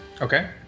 Okay